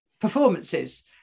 performances